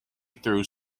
through